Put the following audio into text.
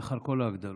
לאחר כל ההגדלות.